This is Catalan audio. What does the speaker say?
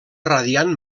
radiant